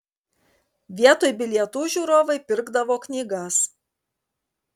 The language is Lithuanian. vietoj bilietų žiūrovai pirkdavo knygas